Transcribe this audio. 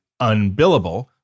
UNBILLABLE